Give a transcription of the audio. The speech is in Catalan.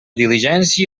diligència